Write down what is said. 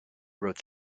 wrote